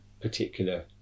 particular